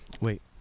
wait